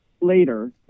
later